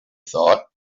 thought